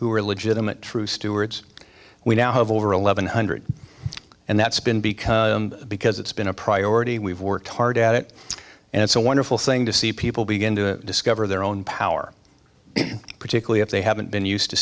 who are legitimate true stewards we now have over eleven hundred and that's been because because it's been a priority we've worked hard at it and it's a wonderful thing to see people begin to discover their own power particularly if they haven't been used to